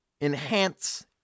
enhance